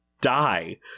die